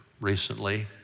recently